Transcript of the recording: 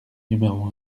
numéro